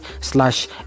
slash